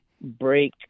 break